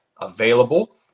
available